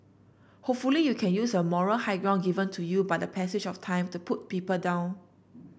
hopefully you can use a moral high ground given to you by the passage of time to put people down